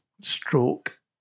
stroke